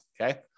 Okay